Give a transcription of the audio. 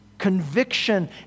conviction